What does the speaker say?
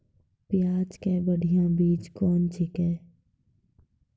प्याज के बढ़िया बीज कौन छिकै?